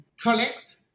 collect